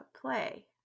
play